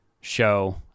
show